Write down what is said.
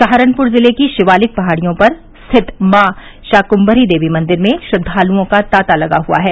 सहारनपुर जिले की शिवालिक पहाड़ियों पर स्थित मॉ शाकुम्मरी देवी मंदिर में भक्तों का तांता लगा हुआ है